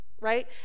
right